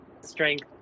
strength